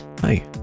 hi